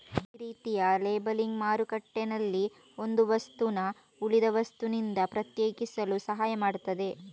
ಈ ರೀತಿಯ ಲೇಬಲಿಂಗ್ ಮಾರುಕಟ್ಟೆನಲ್ಲಿ ಒಂದು ವಸ್ತುನ ಉಳಿದ ವಸ್ತುನಿಂದ ಪ್ರತ್ಯೇಕಿಸಲು ಸಹಾಯ ಮಾಡ್ತದೆ